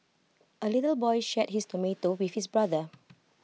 the little boy shared his tomato with his brother